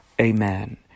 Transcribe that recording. Amen